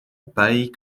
paille